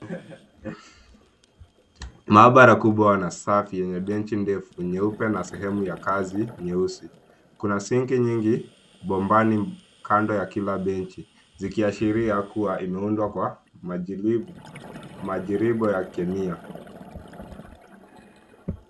Maabara kubwa na safu yenye benchi ndefu nyeupe na sehemu ya kazi nyeusi. Kuna sinki nyingi bombani kando ya kila benchi zikiashiria kuwa imeundwa kwa majaribio ya kemia.